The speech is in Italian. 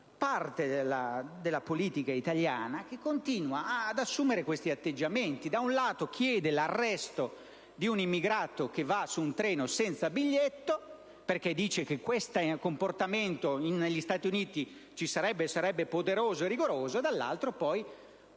parte della politica italiana che continua ad assumere questi atteggiamenti: da un lato, chiede l'arresto di un immigrato che va su un treno senza biglietto, sostenendo che un tale comportamento negli Stati Uniti sarebbe poderosamente e rigorosamente